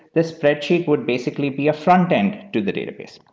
the spreadsheet would basically be a frontend to the database